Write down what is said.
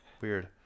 Weird